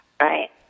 right